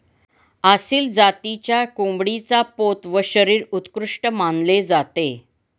आसिल जातीच्या कोंबडीचा पोत व शरीर उत्कृष्ट मानले जाते